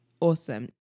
Awesome